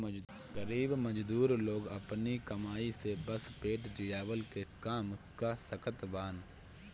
गरीब मजदूर लोग अपनी कमाई से बस पेट जियवला के काम कअ सकत बानअ